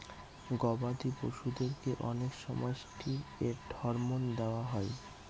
গবাদি পশুদেরকে অনেক সময় ষ্টিরয়েড হরমোন দেওয়া হয়